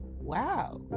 wow